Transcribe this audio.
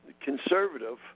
conservative